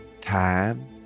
time